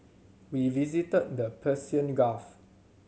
we visited the Persian Gulf